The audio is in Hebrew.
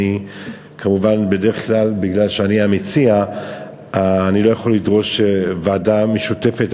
כיוון שאני המציע אני לא יכול לדרוש ועדה משותפת,